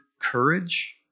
courage